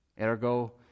Ergo